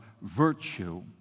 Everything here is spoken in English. virtue